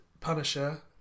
Punisher